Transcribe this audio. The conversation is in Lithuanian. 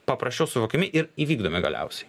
paprasčiau suvokiami ir įvykdomi galiausiai